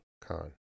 con